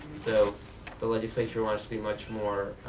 so the legislature wants to be much more